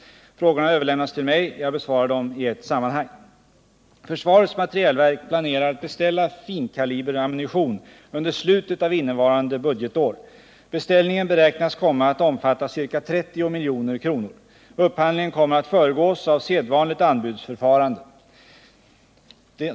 Frågorna har överlämnats till mig. Jag besvarar dem i ett sammanhang. Försvarets materielverk planerar att beställa finkaliberammunition under slutet av innevarande budgetår. Beställningen beräknas komma att omfatta ca 30 milj.kr. Upphandlingen kommer att föregås av sedvanligt anbudsförfarande.